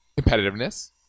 competitiveness